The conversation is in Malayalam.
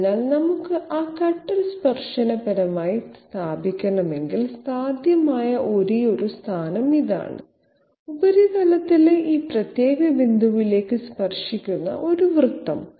അതിനാൽ നമുക്ക് ആ കട്ടർ സ്പർശനപരമായി സ്ഥാപിക്കണമെങ്കിൽ സാധ്യമായ ഒരേയൊരു സ്ഥാനം ഇതാണ് ഉപരിതലത്തിലെ ഈ പ്രത്യേക ബിന്ദുവിലേക്ക് സ്പർശിക്കുന്ന ഒരു വൃത്തം